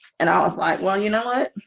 and i was like, well, you know what?